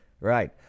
Right